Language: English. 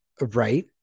Right